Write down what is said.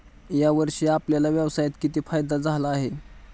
या वर्षी आपल्याला व्यवसायात किती फायदा झाला आहे?